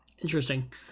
interesting